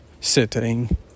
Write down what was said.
sitting